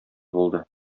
булды